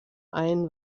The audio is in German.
ein